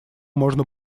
можно